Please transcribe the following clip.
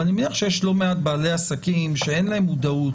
אבל אני מניח וחושב שיש לא מעט בעלי עסקים שאין להם מודעות